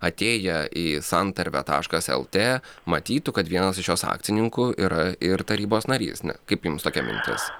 atėję į santarvę taškas lt matytų kad vienas iš jos akcininkų yra ir tarybos narys na kaip jums tokia mintis